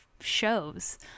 shows